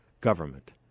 government